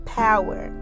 power